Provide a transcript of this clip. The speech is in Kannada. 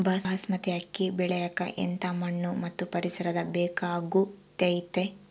ಬಾಸ್ಮತಿ ಅಕ್ಕಿ ಬೆಳಿಯಕ ಎಂಥ ಮಣ್ಣು ಮತ್ತು ಪರಿಸರದ ಬೇಕಾಗುತೈತೆ?